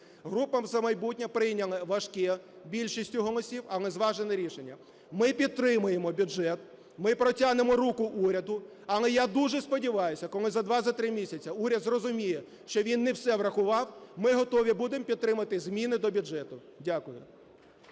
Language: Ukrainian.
Група "За майбутнє" прийняли важке, більшістю голосів, але зважене рішення. Ми підтримуємо бюджет, ми протягнемо руку уряду. Але я дуже сподіваюсь, коли за 2-3 місяці уряд зрозуміє, що він не все врахував, ми готові будемо підтримати зміни до бюджету. Дякую.